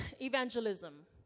evangelism